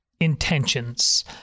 intentions